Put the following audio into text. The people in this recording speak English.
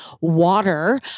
Water